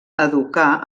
educar